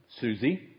Susie